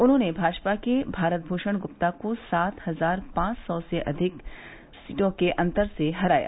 उन्होंने भाजपा के भारत भूषण गुप्ता को सात हजार पांच सौ से अधिक वोटो के अंतर से हराया